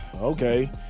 okay